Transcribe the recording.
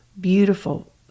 beautiful